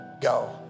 go